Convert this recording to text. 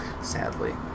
Sadly